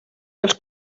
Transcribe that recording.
dels